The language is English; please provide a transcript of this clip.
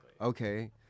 Okay